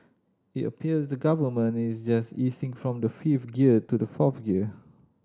it appears the Government is just easing from the fifth gear to the fourth gear